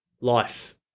life